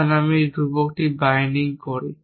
যখন আমি ধ্রুবক বাইন্ডিং করি